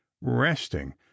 resting